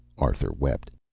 arthur wept.